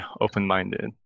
open-minded